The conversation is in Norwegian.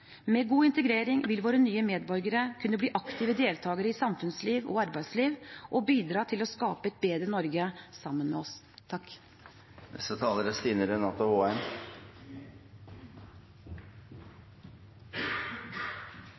Med god integrering vil våre nye medborgere kunne bli aktive deltakere i samfunnsliv og arbeidsliv og bidra til å skape et bedre Norge sammen med oss.